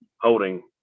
holding